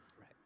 right